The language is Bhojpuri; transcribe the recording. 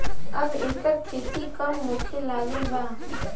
अब एकर खेती कम होखे लागल बा